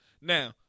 Now